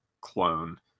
clone